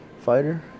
Fighter